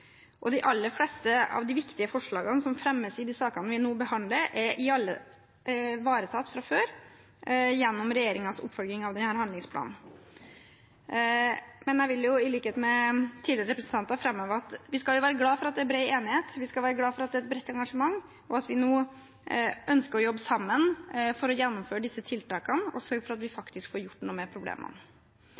2020. De aller fleste av de viktige forslagene som fremmes i de sakene vi nå behandler, er ivaretatt fra før gjennom regjeringens oppfølging av denne handlingsplanen. Men jeg vil i likhet med tidligere talere framheve at vi skal være glade for at det er bred enighet, vi skal være glade for at det er et bredt engasjement, og at vi nå ønsker å jobbe sammen for å gjennomføre disse tiltakene og sørge for at vi faktisk får gjort noe med problemene.